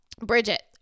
Bridget